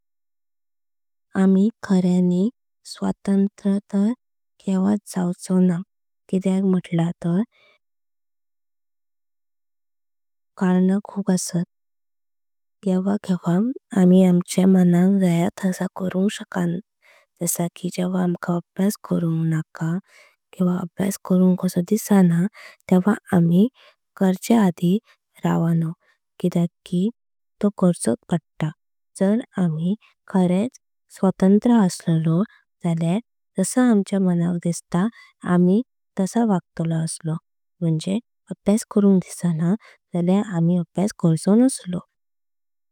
आमी खर्यानी स्वतंत्र तार केवाच जावचो ना कितेक। म्हटला तार कारणा खूप असात केव्हा केव्हा आमी। आमच्या मनाक जया तशा करुंक शकणो जसा की। जेव्हा आमका अभ्यास करुंक दिसाना तेव्हा आमी कर्च्य। आधी रावणो कितेक की तो खर्चोत पडता जर आमी। खरेच स्वतंत्र असलो लो झाला म्हणजेच। सगळे लोक आपल्या जये तशे वागतले असले।